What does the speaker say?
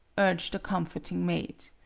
urged the comforting maid.